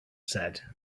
said